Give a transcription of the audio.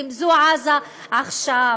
זו עזה עכשיו.